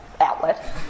outlet